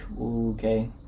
okay